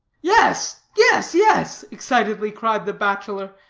yes, yes, yes, excitedly cried the bachelor,